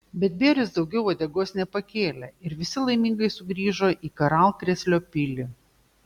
bet bėris daugiau uodegos nepakėlė ir visi laimingai sugrįžo į karalkrėslio pilį